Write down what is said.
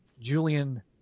Julian